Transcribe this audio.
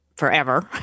Forever